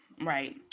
Right